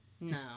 no